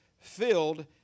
filled